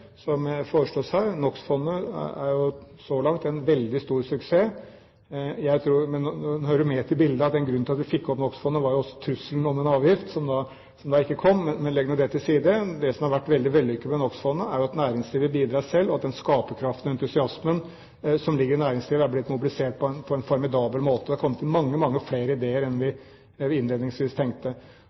foreslås her. NOx-fondet er så langt en veldig stor suksess. Men det hører med til bildet at en grunn til at vi fikk opp NOx-fondet var trusselen om en avgift – som ikke kom. Men legg nå det til side. Det som har vært veldig vellykket med NOx-fondet, er at næringslivet bidrar selv, og at den skaperkraften og entusiasmen som ligger i næringslivet, er blitt mobilisert på en formidabel måte. Det er kommet mange, mange flere ideer enn vi innledningsvis tenkte.